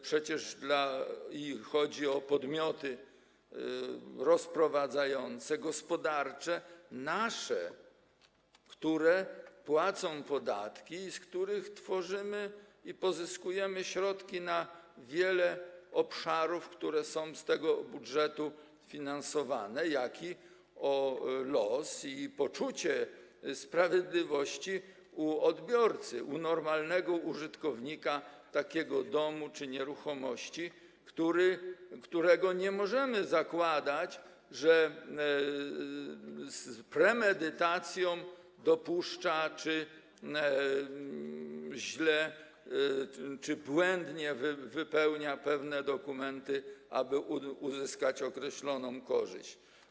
Przecież chodzi o podmioty rozprowadzające, gospodarcze, nasze, które płacą podatki i z których tworzymy i pozyskujemy środki na wiele obszarów, które są z tego budżetu finansowane, jak również o los i poczucie sprawiedliwości odbiorcy, normalnego użytkownika takiego domu czy nieruchomości, w przypadku którego nie możemy zakładać, że z premedytacją dopuszcza czy źle, błędnie wypełnia pewne dokumenty, aby uzyskać określoną korzyść.